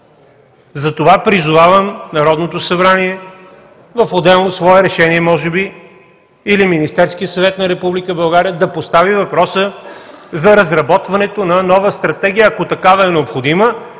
Затова призовавам Народното събрание, може би в отделно свое решение, или Министерският съвет на Република България, да постави въпроса за разработването на нова Стратегия, ако такава е необходима,